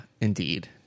indeed